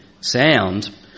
sound